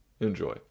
enjoy